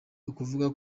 ukuvuga